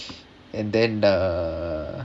and then the